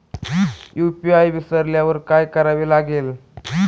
UPI विसरल्यावर काय करावे लागेल?